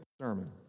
sermon